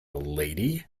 lady